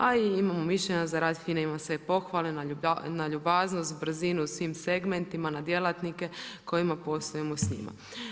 A i imamo mišljenje, za rad FINA imam sve pohvale na ljubaznost, brzinu u svim segmentima, na djelatnike kojima poslujemo s njima.